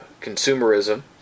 consumerism